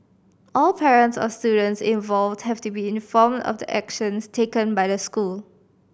all parents of students involved have been informed of the actions taken by the school